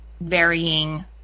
varying